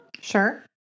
Sure